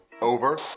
Over